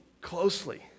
closely